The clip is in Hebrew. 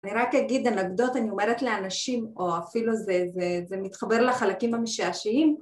אני רק אגיד אנקדוטה, אני אומרת לאנשים, או אפילו זה מתחבר לחלקים המשעשעים.